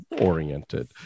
oriented